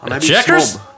Checkers